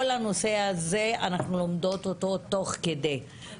הנושא הזה אנחנו לומדות תוך כדי תנועה,